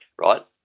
right